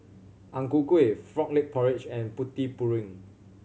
Ang Ku Kueh Frog Leg Soup and Putu Piring